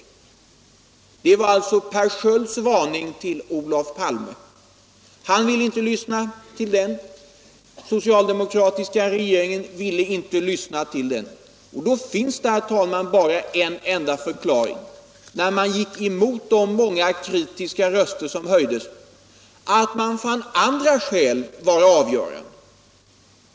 Det var alltså Per Skölds varning till Olof Palme. Han ville inte lyssna till den, den socialdemokratiska regeringen ville inte lyssna till den. Det finns bara en förklaring till att man gick emot de många kritiska röster som höjdes, nämligen att man fann andra skäl avgörande.